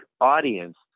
audience